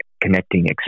connecting